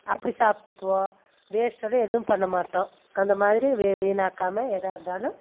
அப்படி சாப்பிட்டுக்குவோம் வேஸ்ட் சொல்லி எதுவும் பண்ண மாட்டோம் அந்த மாதிரி வே வீணாக்காமல் எதாக இருந்தாலும்